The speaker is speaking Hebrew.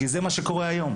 כי זה מה שקורה היום.